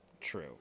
true